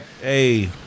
Hey